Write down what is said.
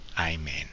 Amen